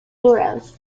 burrows